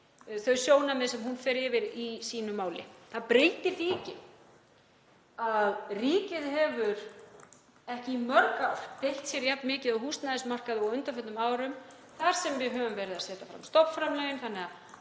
þau sjónarmið sem hún fer yfir í sínu máli. Það breytir því ekki að ríkið hefur ekki í mörg ár beitt sér jafn mikið á húsnæðismarkaði og á undanförnum árum þar sem við höfum verið að setja fram stofnframlögin þannig að